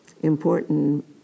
Important